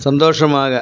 சந்தோஷமாக